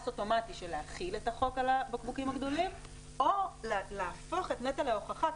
אוטומטי של להחיל את החוק על הבקבוקים הגדולים או להפוך את נטל ההוכחה,